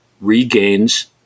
regains